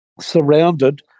surrounded